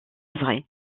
vraie